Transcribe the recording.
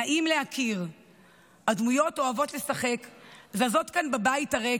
נעים להכיר / הדמויות אוהבות לשחק / זזות כאן בבית הריק,